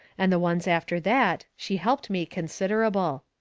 and the ones after that she helped me considerable.